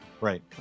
Right